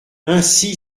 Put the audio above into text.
ainsi